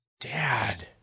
dad